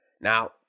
Now